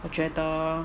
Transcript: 我觉得